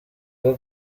rwo